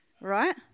right